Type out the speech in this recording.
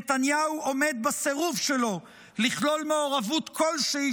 נתניהו עומד בסירוב שלו לכלול מעורבות כלשהי